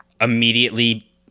immediately